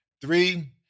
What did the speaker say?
Three